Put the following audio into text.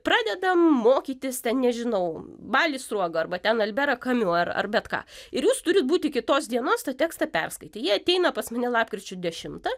pradedam mokytis ten nežinau balį sruogą arba ten alberą kamiu ar ar bet ką ir jūs turit būt iki tos dienos tą tekstą perskaitę jie ateina pas mane lapkričio dešimtą